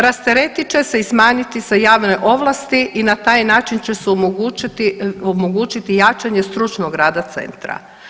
Rasteretit će se i smanjiti se javne ovlasti i na taj način će se omogućiti jačanje stručnog rada centra.